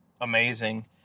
amazing